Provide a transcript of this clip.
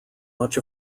much